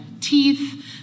Teeth